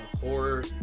horror